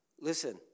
Listen